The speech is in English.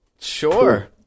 Sure